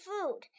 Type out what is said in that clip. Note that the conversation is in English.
food